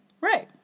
Right